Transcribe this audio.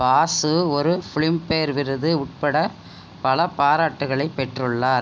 பாசு ஒரு பிலிம்பேர் விருது உட்பட பல பாராட்டுகளைப் பெற்றுள்ளார்